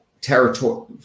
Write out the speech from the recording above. territory